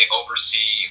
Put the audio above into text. oversee